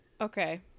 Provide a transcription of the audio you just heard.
Okay